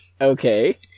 okay